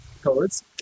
Codes